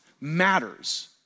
matters